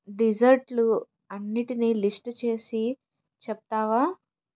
డిజర్టులు అన్నిటినీ లిస్టు చేసి చెప్తావా